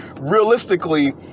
Realistically